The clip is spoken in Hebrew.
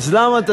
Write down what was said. אז למה,